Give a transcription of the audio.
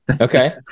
okay